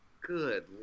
Good